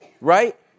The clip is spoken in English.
right